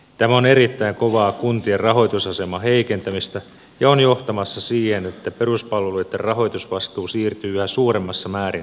tämä on erittäin kovaa kuntien rahoitusaseman heikentämistä ja on johtamassa siihen että peruspalveluitten rahoitusvastuu siirtyy yhä suuremmassa määrin kunnille